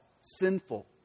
Sinful